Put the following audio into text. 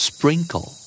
Sprinkle